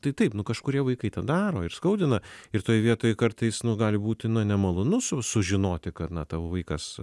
tai taip nu kažkurie vaikai tą daro ir skaudina ir toj vietoj kartais nu gali būti na nemalonu su sužinoti kad na tavo vaikas